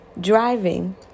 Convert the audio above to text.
driving